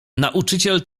nauczyciel